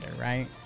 right